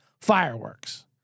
fireworks